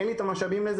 אין לי את המשאבים לזה,